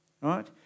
right